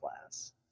class